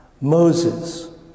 Moses